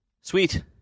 Sweet